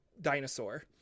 dinosaur